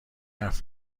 حرف